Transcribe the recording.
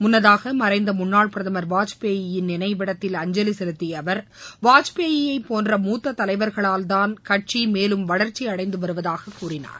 முன்னதாக மறைந்த முன்னாள் பிரதமர் வாஜ்பாயின் நினைவிடத்தில் அஞ்சலி செலுத்திய அவர் வாஜ்பாயை போன்ற மூத்த தலைவர்களால் தான் கட்சி மேலும் வளர்ச்சி அடைந்துவருவதாக கூறினார்